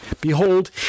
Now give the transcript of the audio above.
behold